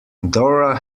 dora